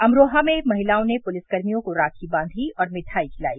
अमरोहा में महिलाओं ने पुलिसकर्मियों को राखी बांधी और मिठाई खिलाई